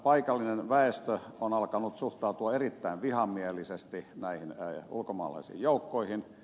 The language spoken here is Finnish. paikallinen väestö on alkanut suhtautua erittäin vihamielisesti näihin ulkomaalaisiin joukkoihin